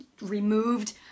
removed